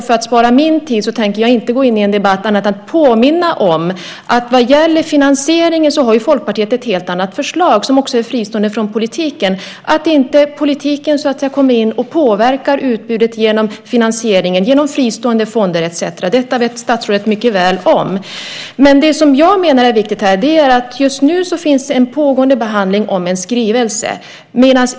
För att spara min tid tänker jag inte gå in i en debatt annat än att påminna om att vad gäller finansieringen har Folkpartiet ett helt annat förslag som också är fristående från politiken, så att inte politiken kommer in och påverkar utbudet genom finansieringen, genom fristående fonder etcetera. Detta vet statsrådet mycket väl om. Det som jag menar är viktigt är att det just nu finns en pågående behandling om en skrivelse.